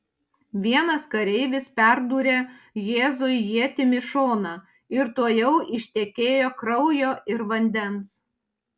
vienas kareivis perdūrė jėzui ietimi šoną ir tuojau ištekėjo kraujo ir vandens